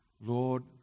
Lord